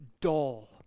dull